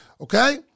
okay